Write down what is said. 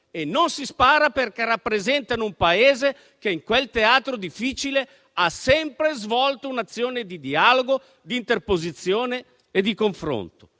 e non si spara perché rappresentano un Paese che, in quel teatro difficile, ha sempre svolto un'azione di dialogo, di interposizione e di confronto.